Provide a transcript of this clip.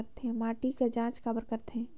माटी कर जांच काबर करथे?